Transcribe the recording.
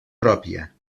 pròpia